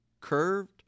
curved